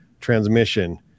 transmission